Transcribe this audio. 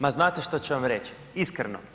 Ma znate šta ću vam reći, iskreno.